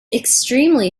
extremely